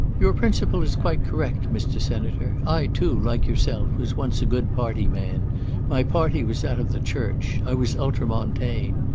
your principle is quite correct, mr. senator. i, too, like yourself, was once a good party man my party was that of the church i was ultramontane.